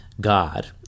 God